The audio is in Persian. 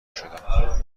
شدم